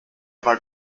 war